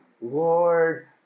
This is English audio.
Lord